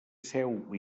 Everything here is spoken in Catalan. seu